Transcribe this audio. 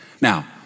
Now